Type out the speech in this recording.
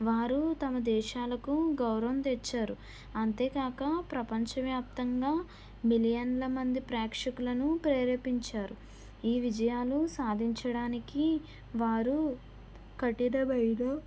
వారు తమ దేశాలకు గౌరవం తెచ్చారు అంతేకాక ప్రపంచవ్యాప్తంగా మిలియన్ ల మంది ప్రేక్షకులను ప్రేరేపించారు ఈ విజయాలు సాధించడానికి వారు కఠినమైన